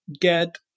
get